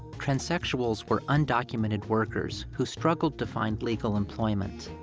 transsexuals were undocumented workers who struggled to find legal employment.